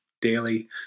daily